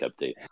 update